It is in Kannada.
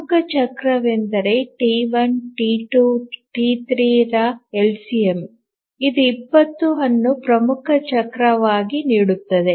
ಪ್ರಮುಖ ಚಕ್ರವೆಂದರೆ ಟಿ 1 ಟಿ 2 ಮತ್ತು ಟಿ 3 ರ ಎಲ್ಸಿಎಂ ಇದು 20 ಅನ್ನು ಪ್ರಮುಖ ಚಕ್ರವಾಗಿ ನೀಡುತ್ತದೆ